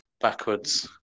backwards